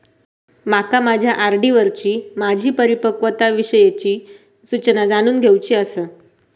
माका माझ्या आर.डी वरची माझी परिपक्वता विषयची सूचना जाणून घेवुची आसा